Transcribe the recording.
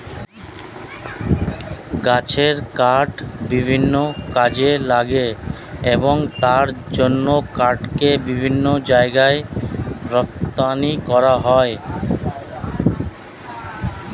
গাছের কাঠ বিভিন্ন কাজে লাগে এবং তার জন্য কাঠকে বিভিন্ন জায়গায় রপ্তানি করা হয়